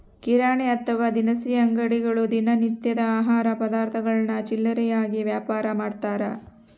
ಕಿರಾಣಿ ಅಥವಾ ದಿನಸಿ ಅಂಗಡಿಗಳು ದಿನ ನಿತ್ಯದ ಆಹಾರ ಪದಾರ್ಥಗುಳ್ನ ಚಿಲ್ಲರೆಯಾಗಿ ವ್ಯಾಪಾರಮಾಡ್ತಾರ